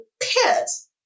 kids